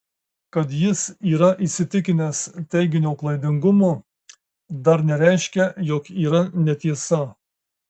kad jis yra įsitikinęs teiginio klaidingumu dar nereiškia jog yra netiesa